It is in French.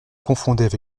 confondait